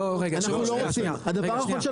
היושב ראש,